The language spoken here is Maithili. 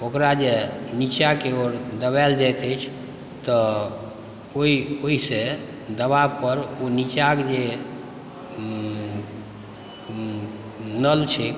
ओकरा जे नीचाँके ओर दबायल जाइत अछि तऽ ओहिसँ दबावपर ओ नीचाँक जे नल छै